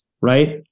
right